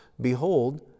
Behold